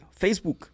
facebook